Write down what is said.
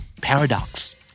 paradox